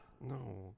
No